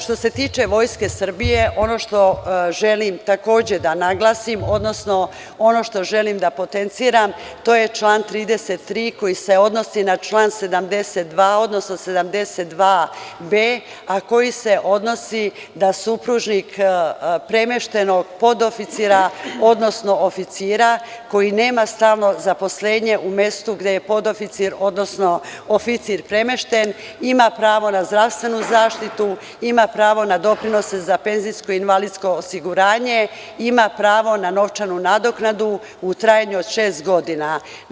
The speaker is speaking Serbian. Što se tiče Vojske Srbije, ono što želim takođe da naglasim, odnosno ono što želim da potenciram, to je član 33. koji se odnosi na član 72, odnosno 72b, a koji se odnosi da supružnik premeštenog podoficira, odnosno oficira koji nema stalno zaposlenje u mestu gde je podoficir, odnosno oficir premešten, ima pravo na zdravstvenu zaštitu, ima pravo na doprinose za penzijsko i invalidsko osiguranje, ima pravo na novčanu nadoknadu u trajanju od šest godina.